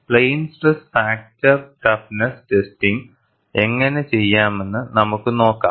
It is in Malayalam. plain stress fracture toughness testing എങ്ങനെ ചെയ്യാമെന്ന് നമുക്ക് നോക്കാം